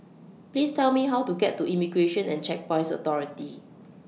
Please Tell Me How to get to Immigration and Checkpoints Authority